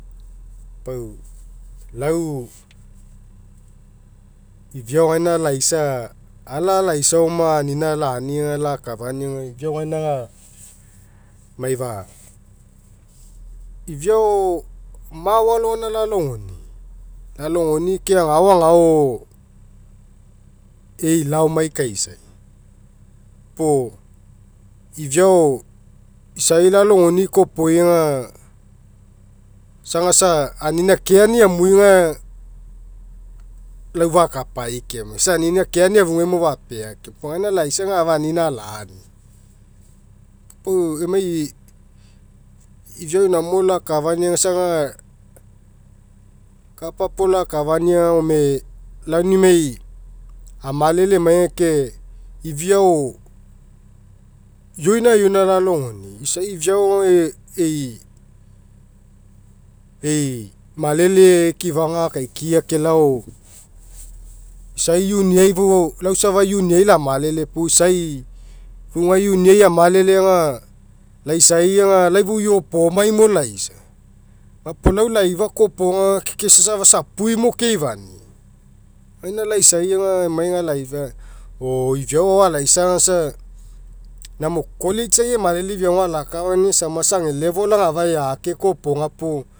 Pau lau ifia gaina laisa ala laisa oma anina lani aga lakafania aga ifia gaina aga maifa ifiao mao alogaina lalogoni'i lalogoni'i ke agao agao ei laomai kaisai. Puo ifiao isai lalogoni'i kopoi aga isa agasa aninakeani amui aga lau fakapai keoma isa aninakeanimo afugai fapea keoma, gaina laisa aga afa anina'alani. Pau emai ifiao namo lakafani isa aga kapapuo lakafania aga gome lau aunimai, amalele emai aga ke ifiao ioina ioina lalogoni'i isai ifiao aga ei eimalele ikifaga akaikia kelao isai uniai fou lau safa uniai lamalele puo isai fou gae uniai amalele aga laisai aga fou iopomai mo laisa. Gapuo lau laifa kopoga aga ke isa safa apui mo keifania. Gaina laisa aga emai laifa o ifiao ao alaisa aga isa namo college'ai isa ega level aga eake koa iopoga puo